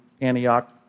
Antioch